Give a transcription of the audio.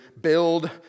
build